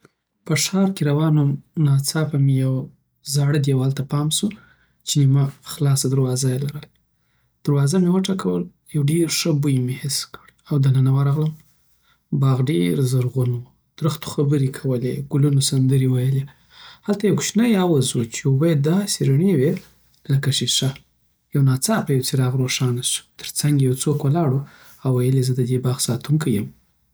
په ښار کې روان وم، ناڅاپه مې یوه زاړه دیوال ته پام سو چې نیمه خلاصه دروازه ېې لرله. دروازه مې وټکول، یو ډير ښه بوی مې حس کړ، او دننه ورغلم باغ ډېر زرغون ؤ، درختو خبرې کولې، ګلونو سندرې ویلی هلته یو کوشنی حوض ؤ چې اوبه داسی روڼې وی لکه ښیښه یونا څا په یو څیراغ روښانه سو او ترڅنګ یی یو څوک ولاړ وو او ویل یی زه ددی باغ ساتونکی یم